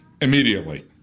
immediately